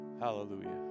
Hallelujah